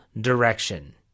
direction